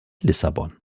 lissabon